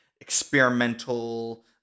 experimental